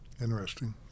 Interesting